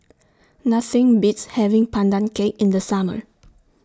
Nothing Beats having Pandan Cake in The Summer